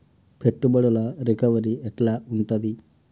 పెట్టుబడుల రికవరీ ఎట్ల ఉంటది?